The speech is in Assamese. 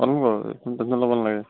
পালো বাৰু একো টেনশ্য়ন ল'ব নালাগে